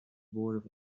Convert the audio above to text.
board